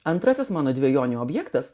antrasis mano dvejonių objektas